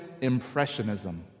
Impressionism